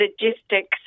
logistics